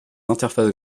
interfaces